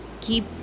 keep